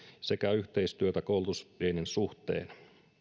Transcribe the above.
sekä yhteistyötä koulutusviennin suhteen